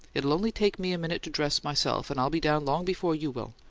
it'll only take me a minute to dress, myself, and i'll be down long before you will.